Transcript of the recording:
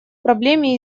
проблеме